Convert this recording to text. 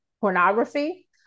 pornography